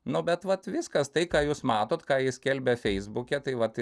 nu bet vat viskas tai ką jūs matot ką jis skelbia feisbuke tai vat